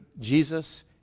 Jesus